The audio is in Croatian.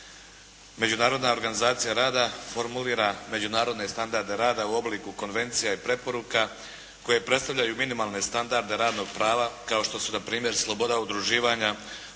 Međunarodna organizacija rada formulira međunarodne standarde rada u obliku konvencija i preporuka koje predstavljaju minimalne standarde radnog prava, kao što su npr. sloboda udruživanja,